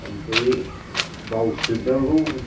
ओमफ्राय बाव सिबनांगौ